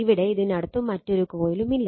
ഇവിടെ ഇതിനടുത്ത് മറ്റൊരു കോയിലും ഇല്ല